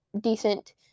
decent